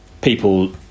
people